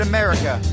America